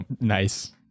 Nice